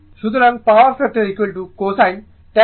সুতরাং power factor cosine 103os